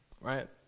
Right